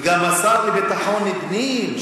וגם השר לביטחון פנים,